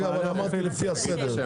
רגע, אבל אמרתי שלפי הסדר.